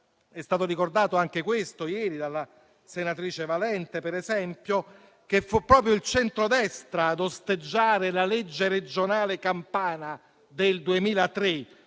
è stato ricordato ieri dalla senatrice Valente che fu proprio il centrodestra ad osteggiare la legge regionale campana del 2003,